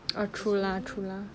oh true lah true lah